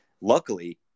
luckily